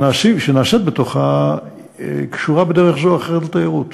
שנעשית בתוכה, קשורה בדרך זו או אחרת לתיירות.